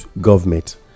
government